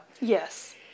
Yes